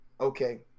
Okay